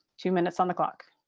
two minutes on the clock.